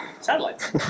Satellites